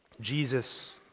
Jesus